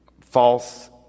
false